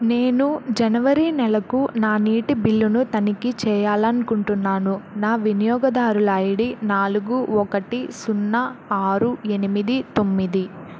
నేను జనవరి నెలకు నా నీటి బిల్లును తనిఖీ చేయాలనుకుంటున్నాను నా వినియోగదారుల ఐడి నాలుగు ఒకటి సున్నా ఆరు ఎనిమిది తొమ్మిది